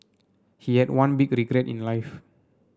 he had one big regret in life